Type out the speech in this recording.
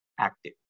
active